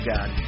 God